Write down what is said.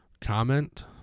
Comment